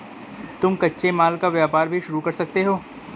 तुम कच्चे माल का व्यापार भी शुरू कर सकते हो